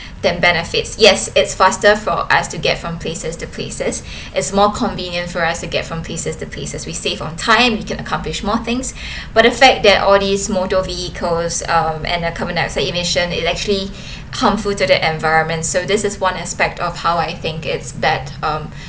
than benefits yes it's faster for us to get from places to places is more convenient for us to get from places the places we save on time you can accomplish more things but the fact that all these motor vehicles um and carbon dioxide emission is actually harmful to the environment so this is one aspect of how I think it's that um